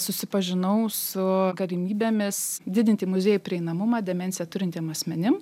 susipažinau su galimybėmis didinti muziejų prieinamumą demencija turintiem asmenim